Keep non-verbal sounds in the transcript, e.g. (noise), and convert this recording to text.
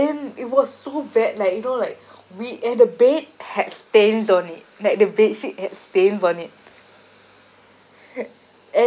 and it was so bad like you know like we and the bed had stains on it like the bedsheet had stains on it (laughs) and